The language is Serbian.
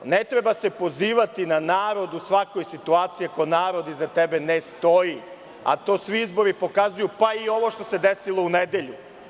Ne treba se pozivati na narod u svakoj situaciji, ako narod iza tebe ne stoji, a to svi izbori pokazuju, pa i ovo što se desilo u nedelju.